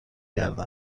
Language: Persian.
کرده